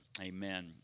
amen